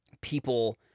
people